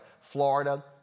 florida